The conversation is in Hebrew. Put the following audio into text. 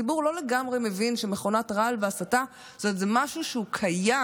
הציבור לא לגמרי מבין שמכונת רעל והסתה זה משהו שקיים,